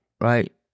right